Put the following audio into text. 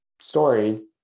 story